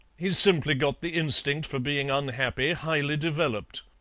he's simply got the instinct for being unhappy highly developed.